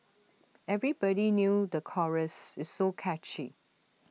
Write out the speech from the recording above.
everybody knew the chorus it's so catchy